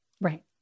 Right